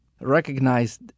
recognized